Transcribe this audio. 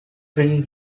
tree